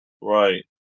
Right